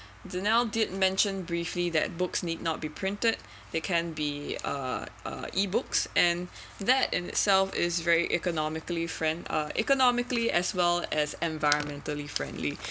danielle did mentioned briefly that books need not be printed they can be uh E books and that in itself is very economically friend uh economically as well as environmentally friendly